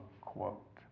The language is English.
quote